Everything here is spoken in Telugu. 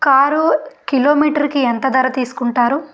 కారు కిలోమీటర్కి ఎంత ధర తీసుకుంటారు